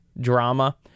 drama